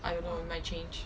I don't know it might change